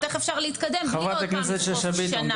איך אפשר להתקדם בלי עוד פעם לשרוף שנה קדימה.